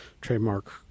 trademark